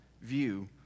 view